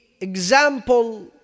example